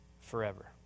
forever